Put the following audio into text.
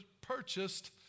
purchased